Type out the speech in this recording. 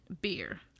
Beer